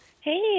Hey